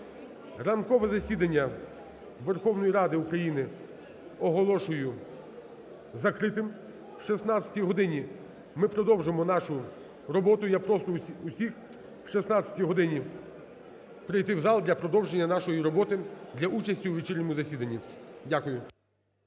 ранкове засідання Верховної Ради України оголошую закритим. О 16-й годині ми продовжимо нашу роботу. Я прошу усіх о 16-й годині прийти в зал для продовження нашої роботи для участі у вечірньому засіданні. Дякую.